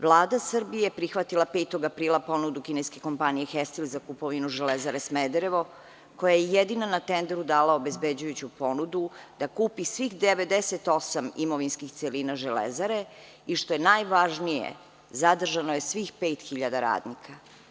Vlada Srbije je 5. aprila prihvatila ponudu kineske kompanije „Hestil“ za kupovinu Železare Smederevo koja je jedina na tenderu dala obezbeđujuću ponudu da kupi svih 98 imovinskih celina Železare i što je najvažnije zadržano je svih 5.000 radnika.